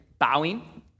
bowing